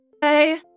Hey